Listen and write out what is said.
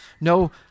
No